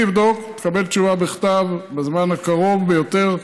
אני אבדוק, תקבל תשובה בכתב בזמן הקרוב ביותר.